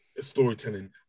storytelling